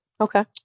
Okay